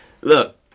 look